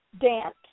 dance